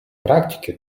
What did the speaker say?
практики